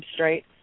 substrate